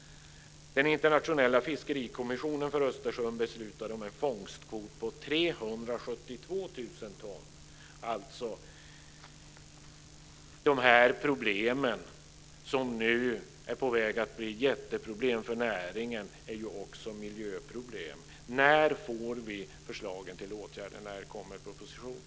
Den internationella fiskerikommissionen för Östersjön beslutade om en fångstkvot på 372 000 ton. Dessa problem, som nu är på väg att bli jätteproblem för näringen, är alltså också miljöproblem. När får vi förslagen till åtgärder? När kommer propositionen?